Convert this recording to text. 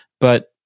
But-